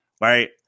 right